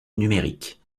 numérique